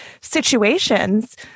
situations